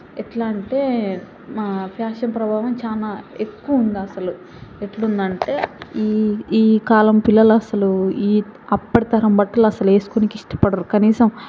ఎట్లా అంటే మా ఫ్యాషన్ ప్రభావం చాలా ఎక్కువ ఉంది అసలు ఎట్లా ఉందంటే ఈ ఈ కాలం పిల్లలు అసలు ఈ అప్పటి తరం బట్టలు అసలు వేసుకోనీకి ఇష్టపడరు కనీసం